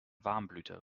warmblüter